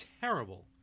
terrible